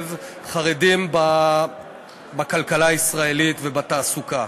לשלב חרדים בכלכלה הישראלית ובתעסוקה.